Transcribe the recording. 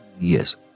Yes